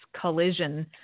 collision